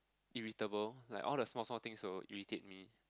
irritable like all the small small things will irritate me